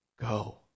Go